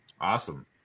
Awesome